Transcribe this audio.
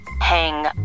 hang